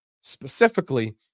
specifically